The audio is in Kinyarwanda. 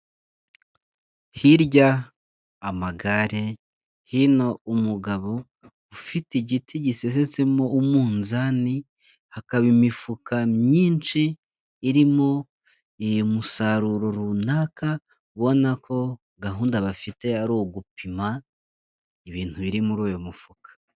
Hirya amagare hino umugabo ufite igiti gisesetsemo umunzani hakaba imifuka myinshi irimo umusaruro runaka ubona ko gahunda bafite ari ugupima ibintu biri muri uyu mufuka.